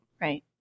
right